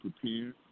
prepared